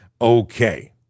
Okay